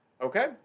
Okay